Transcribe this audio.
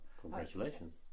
Congratulations